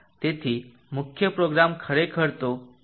તેથી મુખ્ય પ્રોગ્રામ ખરેખર તો if લૂપમાં થાય છે